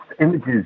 images